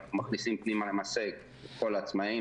מכניסים פנימה למעשה את כל העצמאים,